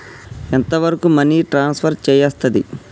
ఎంత వరకు money transfer చేయస్తది?